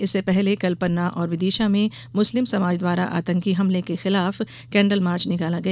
इससे पहले कल पन्ना और विदिशा में मुस्लिम समाज द्वारा आतंकी हमले के खिलाफ केंडल मार्च निकाला गया